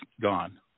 gone